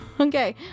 Okay